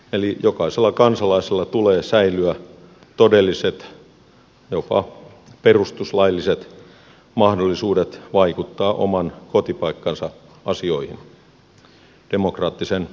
eli jokaisella kansalaisella tulee säilyä todelliset jopa perustuslailliset mahdollisuudet vaikuttaa oman kotipaikkansa asioihin demokraattisen järjestelmän kautta